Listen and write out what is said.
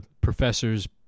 Professor's